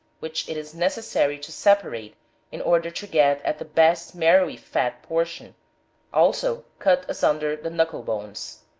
which it is necessary to separate in order to get at the best marrowy fat portion also cut asunder the knuckle bones.